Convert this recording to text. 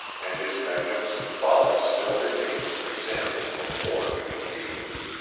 and his magnificent folly still remains an example for poor human beings.